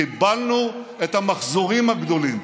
קיבלנו את המחזורים הגדולים,